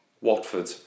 Watford